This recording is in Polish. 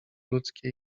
ludzkie